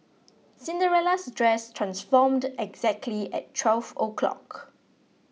Cinderella's dress transformed exactly at twelve o'clock